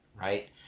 right